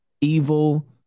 evil